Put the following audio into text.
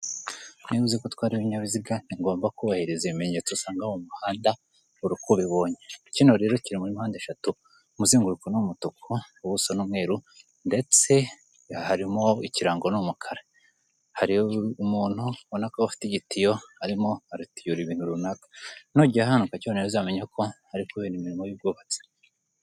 Niba uzi ko utwara ibinyabiziga ni ngombwa kubahiriza ibimenyetso usanga mu muhanda buri uko ubibonye. Kino rero kiri muri mpande eshatu, umuzenguruko ni umutuku, ubuso ni umweru, ndetse harimo ikirango ni umukara, hari umuntu ufite ubona ko afite igitiyo arimo aratiyura ibintu runaka, nugera ahantu ukakibona uzamenye ko haro kubera imirimo y'ububatsi.